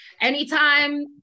anytime